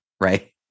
Right